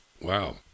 Wow